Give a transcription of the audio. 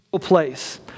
place